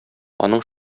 аның